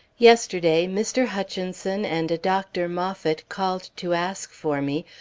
yesterday, mr. hutchinson and a dr. moffat called to ask for me,